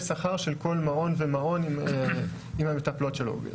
שכר של כל מעון ומעון עם המטפלות שלו.